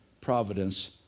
providence